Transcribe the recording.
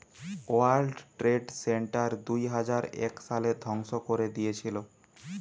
world trade center দুইহাজার এক সালে ধ্বংস করে দিয়েছিলো